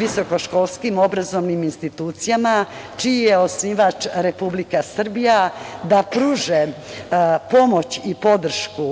visokoškolskim obrazovnim institucijama, čiji je osnivač Republika Srbija da pruže pomoć i podršku